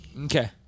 Okay